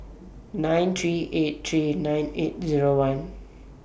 nine three eight three nine eight Zero one